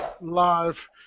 live